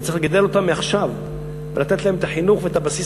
צריך לגדל אותם מעכשיו ולתת להם את החינוך ואת הבסיס